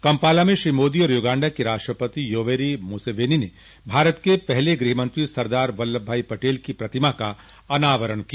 Kampala में श्री मोदी और Uganda के राष्ट्रपति योवेरी मुसेवेनी ने भारत के पहले गृहमंत्री सरदार वल्लभ भाई पटेल की प्रतिमा का अनावरण किया